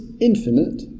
infinite